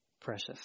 precious